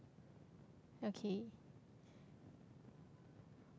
okay